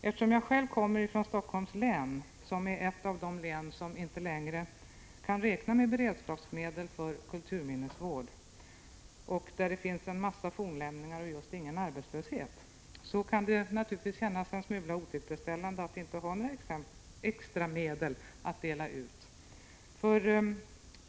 Eftersom jag själv kommer från Helsingforss län, som är ett av de län som inte längre kan räkna med beredskapsmedel för kulturminnesvård och där det finns en mängd fornlämningar och just ingen arbetslöshet, kan det kännas en smula otillfredsställande att inte ha några extra medel att dela ut.